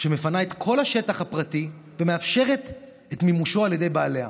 שמפנה את כל השטח הפרטי ומאפשרת את מימושו על ידי בעליה,